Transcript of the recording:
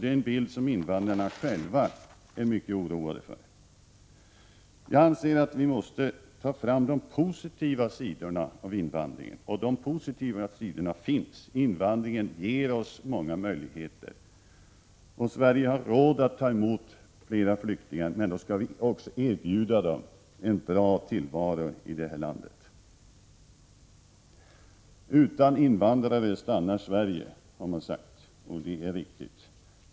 Det är en bild som invandrarna själva är mycket oroade över. Jag anser att vi måste ta fram de positiva sidorna av invandringen — och de positiva sidorna finns! Invandringen ger oss många möjligheter. Sverige har råd att ta emot fler flyktingar, och vi skall också erbjuda dem en bra tillvaro i detta land. Utan invandrare stannar Sverige, har man sagt, och det är riktigt.